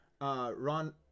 Ron